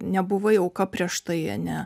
nebuvai auka prieš tai ane